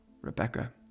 Rebecca